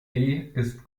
ist